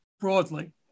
broadly